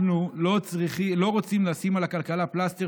אנחנו לא רוצים לשים על הכלכלה פלסטר